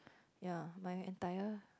ya my entire